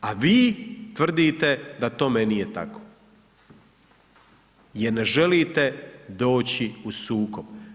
A vi tvrdite da tome nije tako jer ne želite doći u sukob.